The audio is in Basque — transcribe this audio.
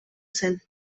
zen